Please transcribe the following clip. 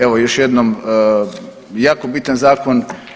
Evo još jednom jako bitan zakon.